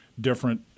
different